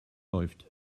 läuft